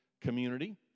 community